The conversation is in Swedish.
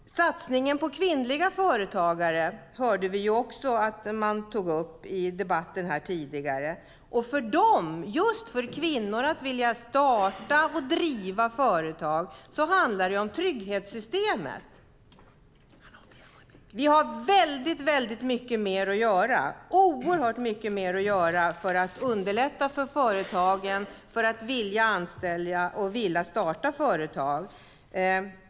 Satsningen på kvinnliga företagare togs upp tidigare i debatten. Att kvinnor ska vilja starta och driva företag handlar om trygghetssystemen. Vi har mycket kvar att göra för att underlätta för företagen att anställa och för att man ska vilja starta företag.